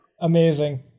Amazing